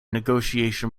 negotiation